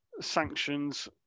sanctions